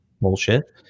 Bullshit